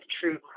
true